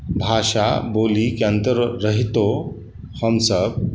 भाषा बोलीके अन्तर रहितो हमसब